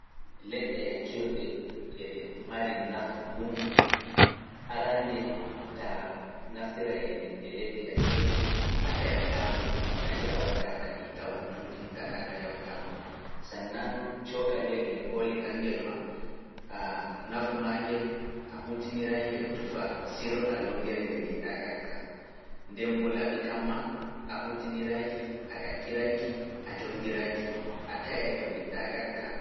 Leɗɗe ƴakirɗe e ɗe mari nafu ɗungu arande ta naftira e leɗɗe ƴakirɗe a taayatako kadi a watta ka itta wattuuji gaɗa ka yawɗa longere nde njiɗɗa ƴakka ndembo laaɓi kam ma a hutiniraki a ƴakkiraki a jongiraki a taƴay to njiɗɗa ƴakka.